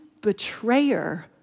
betrayer